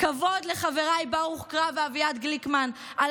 "כבוד לחבריי ברוך קרא ואביעד גליקמן על